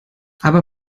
aber